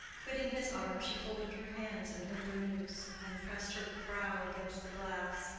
quitting his arm, she folded her hands in her burnous, and pressed her brow against the glass.